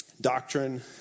doctrine